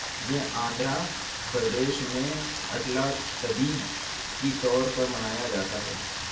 یہ آندھرا پردیش میں اَٹلہ تدی کی طور پر منایا جاتا ہے